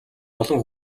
олон